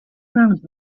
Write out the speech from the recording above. around